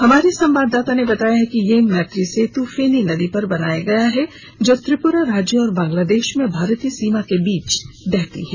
हमारे संववाददाता ने बताया है कि यह मैत्री सेतु फेनी नदी पर बनाया गया है जो त्रिपुरा राज्य और बंगलादेश में भारतीय सीमा के बीच बहती है